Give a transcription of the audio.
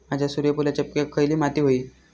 माझ्या सूर्यफुलाच्या पिकाक खयली माती व्हयी?